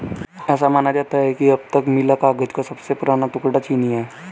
ऐसा माना जाता है कि अब तक मिला कागज का सबसे पुराना टुकड़ा चीनी है